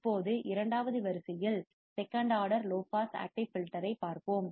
இப்போது இரண்டாவது வரிசையில் second order low pass active filter ஐப் பார்ப்போம்